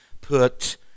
put